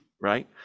Right